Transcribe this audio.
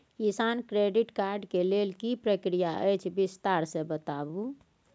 किसान credit card के लेल की प्रक्रिया अछि विस्तार से बताबू?